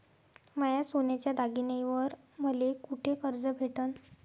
माया सोन्याच्या दागिन्यांइवर मले कुठे कर्ज भेटन?